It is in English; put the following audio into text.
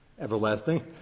everlasting